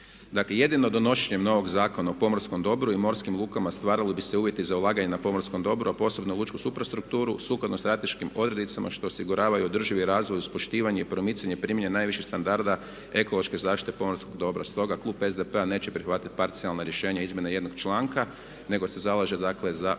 Dakle jedino donošenjem novog Zakona o pomorskom dobru i morskim lukama stvarali bi se uvjeti za ulaganje na pomorskom dobru a posebno lučku suprastrukturu sukladno strateškim odrednicama što osigurava i održivi razvoj uz poštivanje i promicanje primjene najviših standarda ekološke zaštite pomorskog dobra. Stoga klub SDP-a neće prihvatiti parcijalna rješenja izmjene jednog članka nego se zalaže dakle za usvajanje